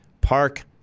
park